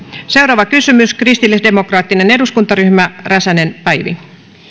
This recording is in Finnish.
seuraava kysymys kristillisdemokraattinen eduskuntaryhmä päivi räsänen